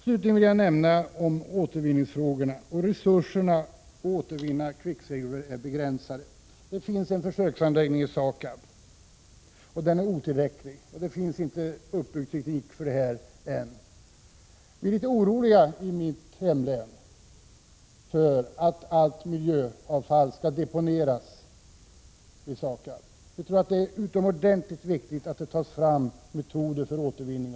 Slutligen vill jag nämna att resurserna för att återvinna kvicksilver är begränsade. Det finns en försöksanläggning i SAKAB, men den är otillräcklig. Tekniken för återvinning är ännu inte uppbyggd. I mitt hemlän är vi litet oroliga för att allt avfall skall deponeras hos SAKAB. Det är enligt vår mening oerhört viktigt att ta fram metoder för återvinning.